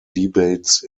debates